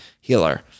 healer